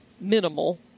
minimal